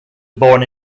born